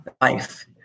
Life